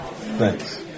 Thanks